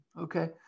Okay